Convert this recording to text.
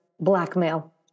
blackmail